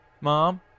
Mom